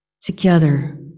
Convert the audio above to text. together